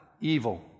evil